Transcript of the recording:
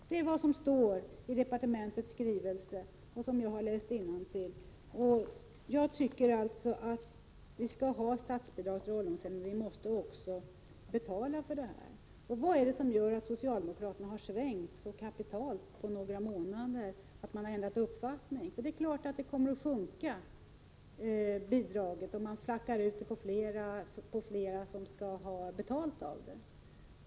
Det är vad som står i departementets skrivelse, i vilken jag har läst Prot: 1987/88:126 innantill. Jag tycker att vi skall ha statsbidrag till ålderdomshemmen. Men vi 25 maj 1988 måste också betala för detta. Vad är det som gör att socialdemokraterna har ändrat uppfattning och svängt så kapitalt på några månader? Det är klart att bidraget kommer att sjunka, om det planas ut och det är fler som skall ha betalt från det.